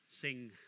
sing